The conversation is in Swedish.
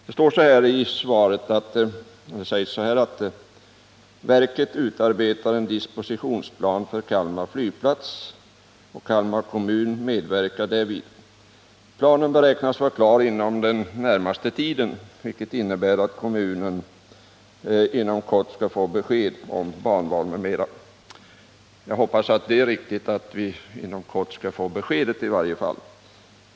Där sägs nämligen att verket också utarbetar en dispositionsplan för Kalmar flygplats och att Kalmar kommun därvid medverkar. Planen beräknas vara klar inom den närmaste tiden, ”vilket innebär att kommunen inom kort kan erhålla besked om banvalet”. Jag hoppas att det är riktigt att vi inom kort i varje fall skall få besked.